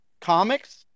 comics